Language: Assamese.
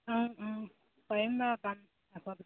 অঁ অঁ পাৰিম বাৰু যাব